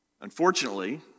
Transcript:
Unfortunately